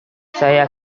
saya